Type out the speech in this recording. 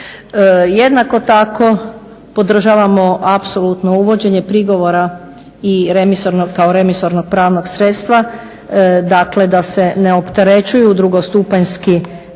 Jednako tako podržavamo apsolutno uvođenje prigovora i kao revisornog pravnog sredstva, dakle da se ne opterećuju drugostupanjski